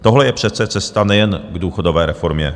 Tohle je přece cesta nejen k důchodové reformě.